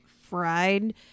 fried